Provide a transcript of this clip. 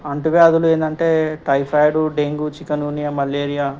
అంటు వ్యాధులు ఏమిటి అంటే typhoid dengue chikungunya malaria